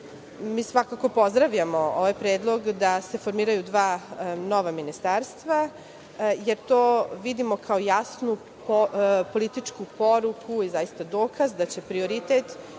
Mi svakako pozdravljamo ovaj predlog da se formiraju dva nova ministarstva, jer to vidimo kao jasnu političku poruku i dokaz da će prioritet